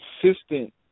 consistent